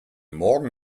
morgen